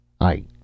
I